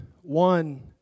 one